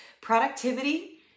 productivity